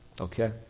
Okay